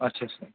अच्छा अच्छा